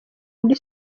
muri